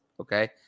okay